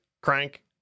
crank